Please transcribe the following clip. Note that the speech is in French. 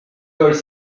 colle